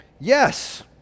Yes